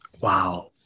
Wow